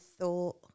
thought